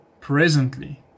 presently